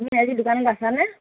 তুমি আজি দোকানত আছানে